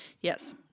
Yes